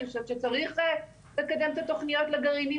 אני חושבת שצריך לקדם את התוכניות לגרעינים